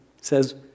says